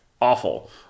awful